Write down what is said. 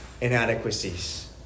inadequacies